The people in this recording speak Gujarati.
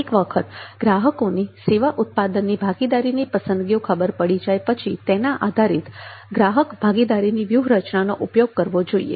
એક વખત ગ્રાહકોની સેવા ઉત્પાદનની ભાગીદારીની પસંદગીઓ ખબર પડી જાય પછી તેના આધારિત ગ્રાહક ભાગીદારીની વ્યૂહરચના નો ઉપયોગ કરવો જોઈએ